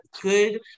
good